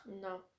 No